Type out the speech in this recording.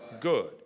Good